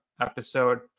Episode